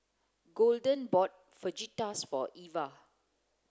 golden bought Fajitas for Ivah